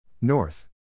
North